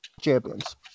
Champions